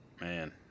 Man